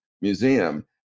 Museum